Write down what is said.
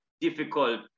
difficult